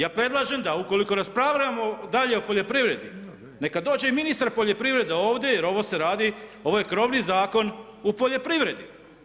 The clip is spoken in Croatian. Ja predlažem da ukoliko raspravljamo o poljoprivredi neka dođe i ministar poljoprivrede ovdje jer ovo se radi, ovo je krovni zakon u poljoprivredi.